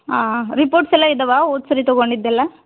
ಹಾಂ ರಿಪೋರ್ಟ್ಸೆಲ್ಲ ಇದ್ದಾವ ಹೋದ್ಸರಿ ತೊಗೊಂಡಿದ್ದೆಲ್ಲ